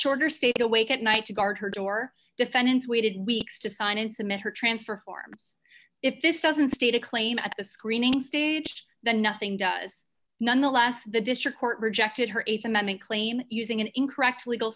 shorter stayed awake at night to guard her door defendants waited weeks to sign and submit her transfer forms if this doesn't state a claim at a screening staged than nothing does nonetheless the district court rejected her th amendment claim using an incorrect legal